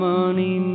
Money